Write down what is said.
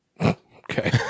Okay